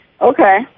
okay